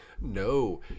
No